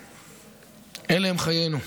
אלה הם חיינו.